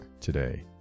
today